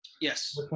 Yes